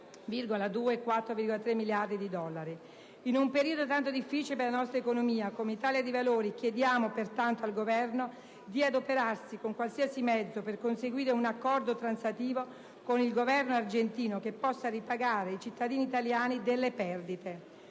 In un periodo tanto difficile per la nostra economia, come Italia dei Valori chiediamo pertanto al Governo di adoperarsi con qualsiasi mezzo per conseguire un accordo transattivo con il Governo argentino che possa ripagare i cittadini italiani delle perdite.